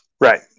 Right